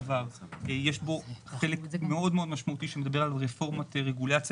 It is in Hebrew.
יש בו חלק משמעותי מאוד שמדבר על רפורמציית רגולציה